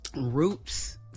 roots